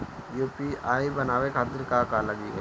UPI बनावे खातिर का का लगाई?